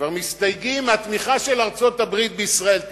כבר מסתייגים מהתמיכה של ארצות-הברית בישראל.